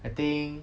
I think